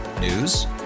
News